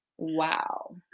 Wow